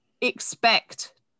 expect